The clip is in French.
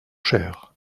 cher